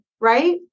Right